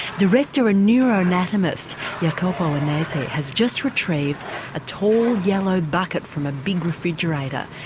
director and neuroanatomist jacopo annese has just retrieved a tall yellow bucket from a big refrigerator.